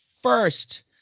First